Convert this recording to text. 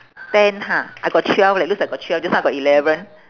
ten ha I got twelve leh looks like got twelve just now I got eleven